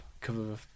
cover